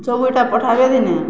ଚଉିଟା ପଠାବେ ଦିନେ